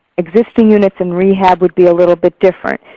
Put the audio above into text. existing units in rehab would be a little bit different.